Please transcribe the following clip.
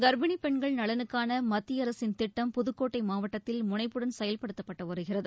கர்ப்பிணிபெண்கள் நலனுக்கானமத்தியஅரசின் திட்டம் புதுக்கோட்டைமாவட்டத்தில் முனைப்புடன் செயல்படுத்தப்பட்டுவருகிறது